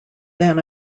than